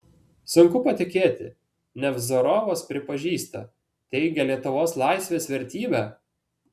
sunku patikėti nevzorovas pripažįsta teigia lietuvos laisvės vertybę